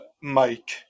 Mike